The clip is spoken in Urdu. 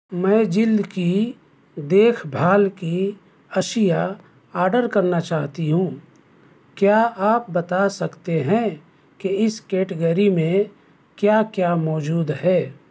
میں جلد کی دیکھ بھال کی اشیاء آرڈر کرنا چاہتی ہوں کیا آپ بتا سکتے ہیں کہ اس کیٹگری میں کیا کیا موجود ہے